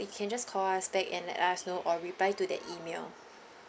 you can just call us back and let us know or reply to the email